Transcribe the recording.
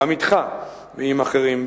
גם אתך ועם אחרים,